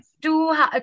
two